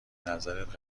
نظرت